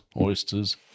oysters